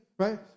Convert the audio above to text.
right